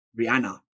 Rihanna